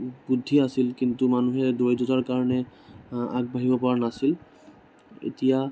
বুদ্ধি আছিল কিন্তু মানুহে দৰিদ্ৰতাৰ কাৰণে আগবাঢ়িব পৰা নাছিল এতিয়া